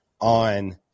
on